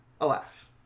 Alas